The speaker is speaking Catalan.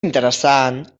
interessant